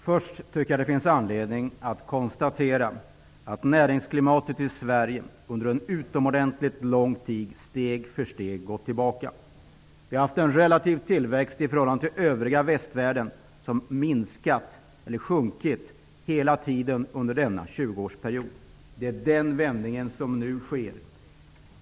Fru talman! Det finns anledning att konstatera att näringsklimatet i Sverige under en utomordentligt lång tid steg för steg gått tillbaka. Den relativa tillväxten har under den senaste tjugoårsperioden hela tiden sjunkit i förhållande till övriga västvärlden. Det sker nu en vändning.